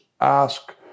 ask